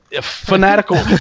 Fanatical